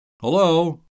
Hello